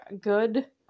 good